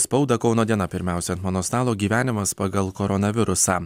spaudą kauno diena pirmiausia ant mano stalo gyvenimas pagal koronavirusą